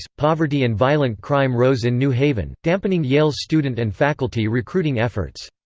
poverty and violent crime rose in new haven, dampening yale's student and faculty recruiting efforts.